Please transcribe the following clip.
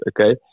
okay